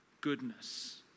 goodness